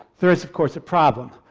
there is, of course, a problem.